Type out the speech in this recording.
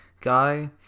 guy